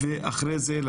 ולאחר מכן,